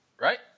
right